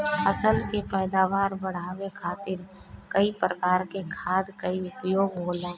फसल के पैदावार बढ़ावे खातिर कई प्रकार के खाद कअ उपयोग होला